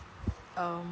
um